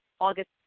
August